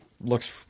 looks